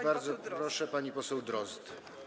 Bardzo proszę, pani poseł Drozd.